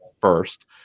first